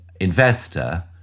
investor